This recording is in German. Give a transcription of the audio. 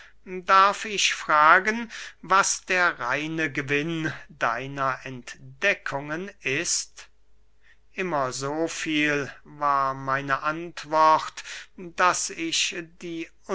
darf ich fragen was der reine gewinn deiner entdeckungen ist immer so viel war meine antwort daß ich die